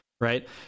right